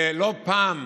ולא פעם,